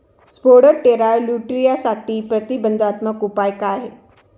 Spodoptera लिट्युरासाठीचे प्रतिबंधात्मक उपाय काय आहेत?